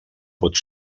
pot